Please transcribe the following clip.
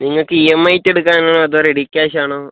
നിങ്ങൾക്ക് E M ഐക്ക് എടുക്കാനാണോ അതോ റെഡി ക്യാഷാണോ